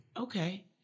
Okay